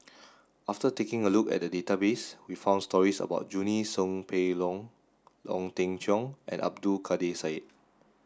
after taking a look at the database we found stories about Junie Sng Poh Leng Ong Teng Cheong and Abdul Kadir Syed